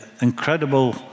incredible